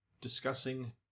discussing